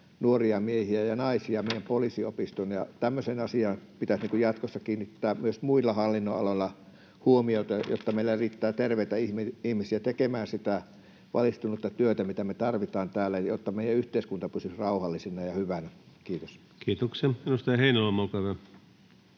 nuoria miehiä ja naisia meidän poliisiopistoon. Tämmöiseen asiaan pitäisi jatkossa kiinnittää myös muilla hallinnonaloilla huomiota, jotta meillä riittää terveitä ihmisiä tekemään sitä valistunutta työtä, mitä me tarvitaan täällä, jotta meidän yhteiskunta pysyisi rauhallisena ja hyvänä. — Kiitos. Kiitoksia. — Edustaja Heinäluoma, olkaa hyvä.